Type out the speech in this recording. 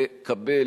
לקבל